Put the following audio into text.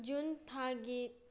June ꯊꯥꯒꯤ